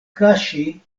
kaŝi